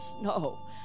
No